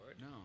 No